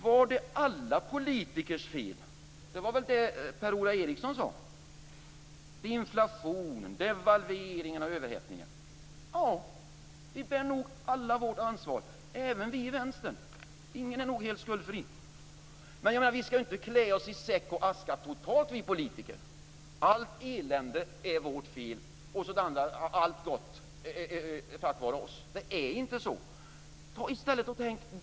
Var det alla politikers fel - det var väl det Per-Ola Eriksson sade - när det gäller inflationen, devalveringen och överhettningen? Ja, vi bär nog alla vårt ansvar, även vi i Vänstern. Ingen är nog helt skuldfri. Men vi politiker skall inte klä oss i säck och aska totalt. Allt elände är vårt fel och allt gott tack vare oss. Det är inte så.